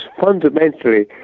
fundamentally